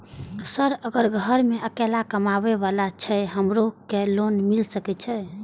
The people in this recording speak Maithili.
सर अगर घर में अकेला कमबे वाला छे हमरो के लोन मिल सके छे?